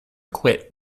quit